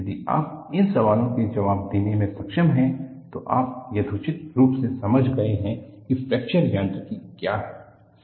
यदि आप इन सवालों के जवाब देने में सक्षम हैं तो आप यथोचित रूप से समझ गए हैं कि फ्रैक्चर यांत्रिकी क्या है